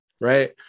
right